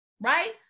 right